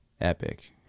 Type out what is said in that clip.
Epic